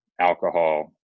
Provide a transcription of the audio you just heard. alcohol